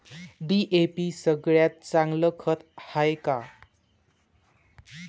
DAP सगळ्यात चांगलं खत हाये का?